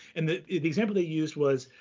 and the example they used was,